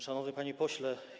Szanowny Panie Pośle!